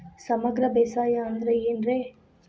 ಸಮಗ್ರ ಬೇಸಾಯ ಅಂದ್ರ ಏನ್ ರೇ?